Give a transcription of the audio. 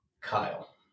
Kyle